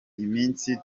iminsi